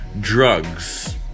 drugs